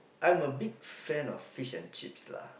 I'm a big fan of fish and chips lah